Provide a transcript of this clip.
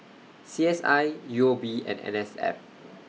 C S I U O B and N S F